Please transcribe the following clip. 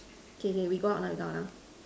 okay okay we go out now we go out now